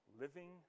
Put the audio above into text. living